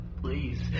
Please